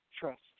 trust